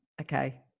okay